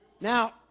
Now